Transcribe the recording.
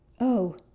Oh